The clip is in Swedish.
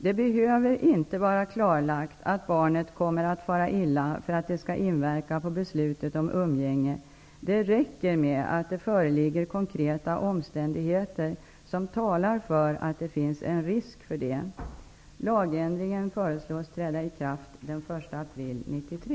Det behöver inte vara klarlagt att barnet kommer att fara illa för att det skall inverka på beslutet om umgänge. Det räcker med att det föreligger konkreta omständigheter som talar för att det finns en risk för det. Lagändringen föreslås träda i kraft den 1 april 1993.